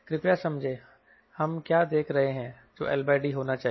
कृपया समझें हम क्या देख रहे हैं जो LD होना चाहिए